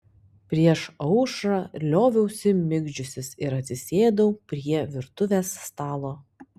prieš aušrą lioviausi migdžiusis ir atsisėdau prie virtuvės stalo